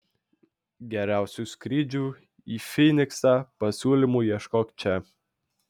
geriausių skrydžių į fyniksą pasiūlymų ieškok čia